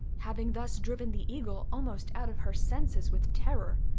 having thus driven the eagle almost out of her senses with terror,